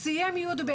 סיים י"ב,